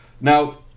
Now